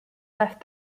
left